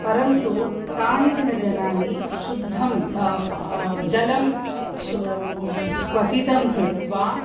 परन्तु कानिचन जनानि शुद्धं प जलं शो क्वथितं कृत्वा